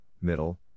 middle